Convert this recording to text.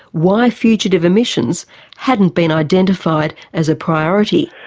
why fugitive emissions hadn't been identified as a priority?